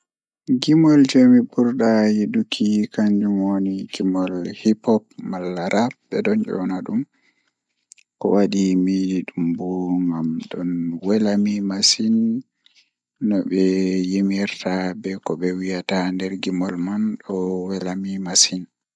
Gimol jei mi burdaa yiduki kanjum woni gimol hiphop rap bedon iyona dum ko wadi midon yidi dum bo ko wani bo dum don wela mi masin nobe yimirta be nobe wolwatagimol man don wela mi masin.